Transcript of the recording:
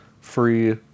free